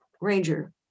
ranger